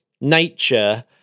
nature